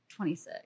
26